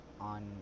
on